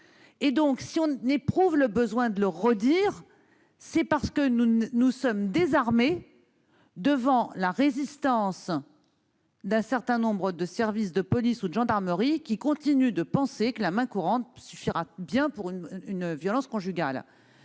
Si nous éprouvons le besoin de le répéter, c'est parce que nous sommes désarmés devant la résistance d'un certain nombre de services de police ou de gendarmerie, qui continuent de penser que la main courante est suffisante en cas de violences conjugales.